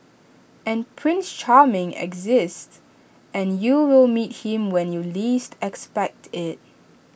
and prince charming exists and you will meet him when you least expect IT